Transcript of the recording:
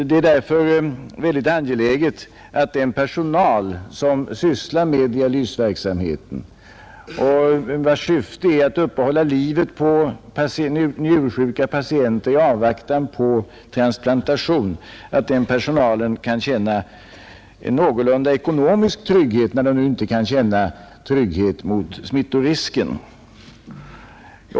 Det är därför mycket angeläget att den personal som sysslar med dialysverksamhet, vars syfte är att uppehålla livet på njursjuka patienter i avvaktan på transplantation, kan känna någorlunda ekonomisk trygghet när den nu inte kan känna trygghet mot smittorisken.